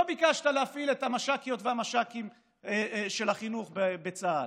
לא ביקשת להפעיל את המש"קיות והמש"קים של החינוך בצה"ל,